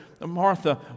Martha